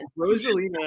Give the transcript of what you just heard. Rosalina